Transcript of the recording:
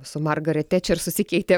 su margaret tečer susikeitė